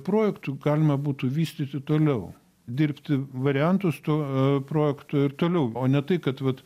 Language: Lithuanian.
projektų galima būtų vystyti toliau dirbti variantus to projekto ir toliau o ne tai kad vat